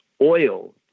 oil